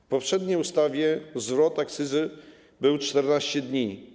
W poprzedniej ustawie na zwrot akcyzy był 14 dni.